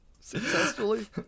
successfully